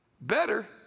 Better